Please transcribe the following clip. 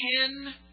ten